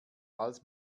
als